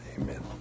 Amen